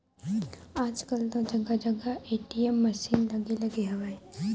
आजकल तो जगा जगा ए.टी.एम मसीन लगे लगे हवय